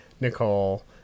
Nicole